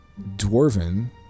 dwarven